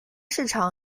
市场